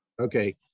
Okay